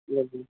हजुर